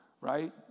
right